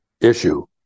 issue